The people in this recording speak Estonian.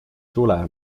tule